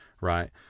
right